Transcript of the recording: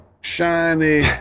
shiny